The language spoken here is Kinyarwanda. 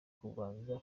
kubanza